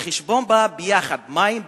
שהחשבון בא ביחד, מים וביוב.